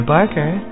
Barker